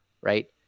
right